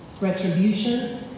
retribution